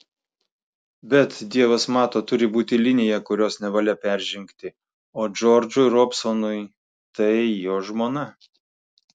bet dievas mato turi būti linija kurios nevalia peržengti o džordžui robsonui tai jo žmona